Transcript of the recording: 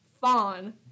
fawn